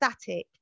static